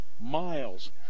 Miles